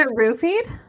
Roofied